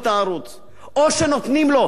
או שנותנים לו את הטיפול,